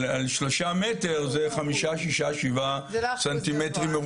על שלושה מטר זה חמישה, שישה, שבעה סמ"ר.